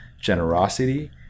generosity